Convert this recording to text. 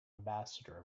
ambassador